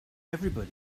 everybody